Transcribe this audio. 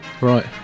Right